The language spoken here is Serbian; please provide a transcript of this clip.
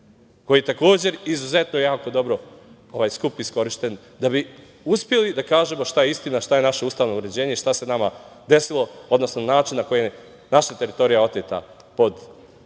koji ima. Takođe je skup dobro iskorišćen da bi uspeli da kažemo šta je istina, šta je naše ustavno uređenje, šta se nama desilo, odnosno način na koji je naša teritorija oteta pod kontrolom